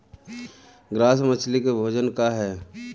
Grass मछली के भोजन का ह?